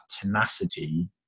tenacity